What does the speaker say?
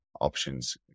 options